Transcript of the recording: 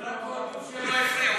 הם הודו שהם לא הפריעו.